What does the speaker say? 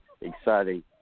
exciting